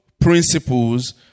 principles